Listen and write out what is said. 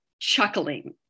chuckling